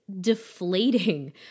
deflating